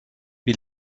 wie